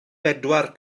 bedwar